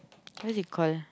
what's it call